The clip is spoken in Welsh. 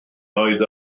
oedd